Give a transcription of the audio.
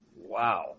Wow